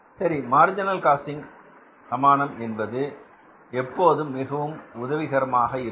சரி marginal costing சமானம் என்பது எப்போதும் மிகவும் உதவிகரமாக இருக்கும்